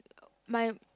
my